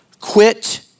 Quit